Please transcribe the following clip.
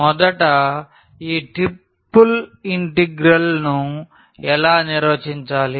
మొదట ఈ ట్రిపుల్ ఇంటిగ్రల్స్ను ఎలా నిర్వచించాలి